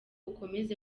ukomeze